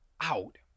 out